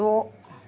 द'